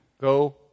go